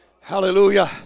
hallelujah